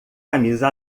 camisa